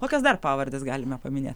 kokias dar pavardes galime paminėt